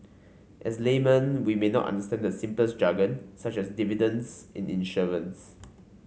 as laymen we may not understand the simplest jargon such as dividends in insurance